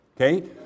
Okay